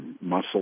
muscle